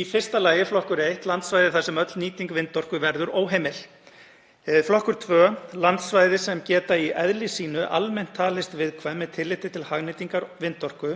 Í fyrsta lagi flokkur 1: Landsvæði þar sem öll nýting vindorku verður óheimil. Flokkur 2: Landsvæði sem geta í eðli sínu almennt talist viðkvæm með tilliti til hagnýtingar vindorku,